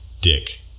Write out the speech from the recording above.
Dick